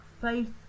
faith